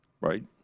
Right